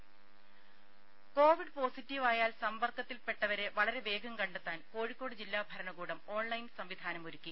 രുമ കോവിഡ് പോസിറ്റീവായാൽ സമ്പർക്കത്തിൽപ്പെട്ടവരെ വളരെ വേഗം കണ്ടെത്താൻ കോഴിക്കോട് ജില്ലാ ഭരണകൂടം ഓൺലൈൻ സംവിധാനമൊരുക്കി